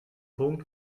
punkt